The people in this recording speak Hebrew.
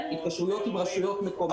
התקשרויות עם רשויות מקומיות.